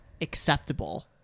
acceptable